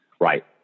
Right